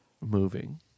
moving